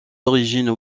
origines